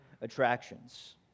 attractions